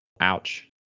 Ouch